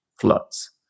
floods